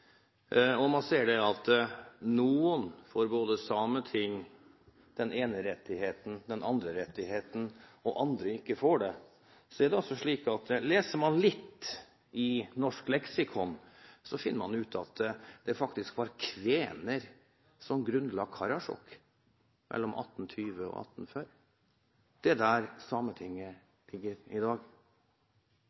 når man tenker litt historie, og man ser at noen får både sameting og den ene og den andre rettigheten, mens andre ikke får det, er det altså slik at leser man litt i et norsk leksikon, finner man ut at det faktisk var kvener som grunnla Karasjok mellom 1820 og 1840. Det er der Sametinget ligger i dag.